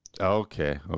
okay